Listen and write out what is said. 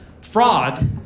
fraud